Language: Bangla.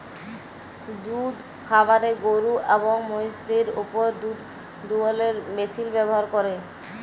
দুহুদ খামারে গরু এবং মহিষদের উপর দুহুদ দুয়ালোর মেশিল ব্যাভার ক্যরে